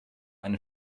eine